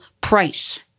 price